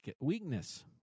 weakness